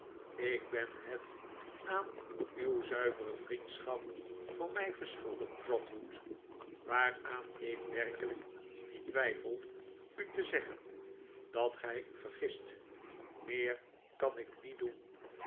ik ben het aan uw zuivere vriendschap voor mij verschuldigd trotwood waaraan ik werkelijk niet twijfel u te zeggen dat gij u vergist meer kan ik niet doen